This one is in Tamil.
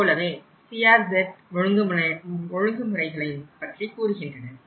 அதுபோலவே CRZ ஒழுங்குமுறைகளையும் பற்றி கூறுகின்றனர்